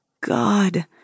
God